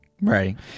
right